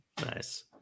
Nice